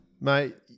Mate